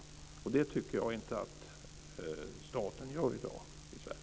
Och det tycker jag inte att staten gör i dag i Sverige.